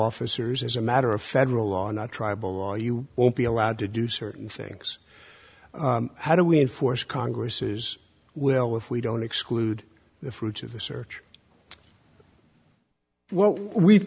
officers as a matter of federal law not tribal law you won't be allowed to do certain things how do we enforce congress's will if we don't exclude the fruits of the search well we